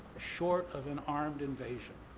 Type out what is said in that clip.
short of an armed invasion.